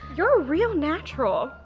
you're a real natural.